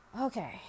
Okay